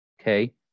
Okay